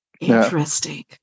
interesting